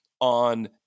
on